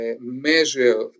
measure